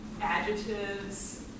adjectives